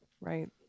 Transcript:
right